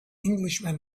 englishman